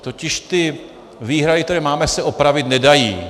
Totiž ty výhrady, které máme, se opravit nedají.